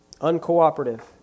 Uncooperative